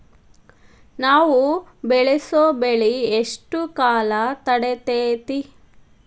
ನಾವು ಬೆಳಸೋ ಬೆಳಿ ಎಷ್ಟು ಕಾಲ ತಡೇತೇತಿ?